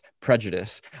prejudice